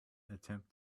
attempt